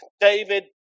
David